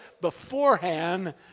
beforehand